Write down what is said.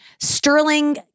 Sterling